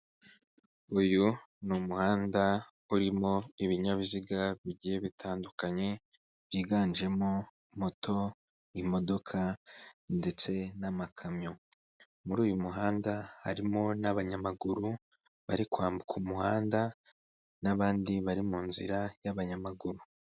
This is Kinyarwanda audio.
Uyu ni umuhanda urimo ibinyabiziga bigiye bitandukanye, byiganjemo moto, imodoka ndetse n'amakamyo muri uyu muhanda harimo n'abanyamaguru bari kwambuka umuhanda n'abandi bari mu nzira y'abanyamaguru.